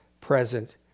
present